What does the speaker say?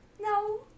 No